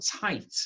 tight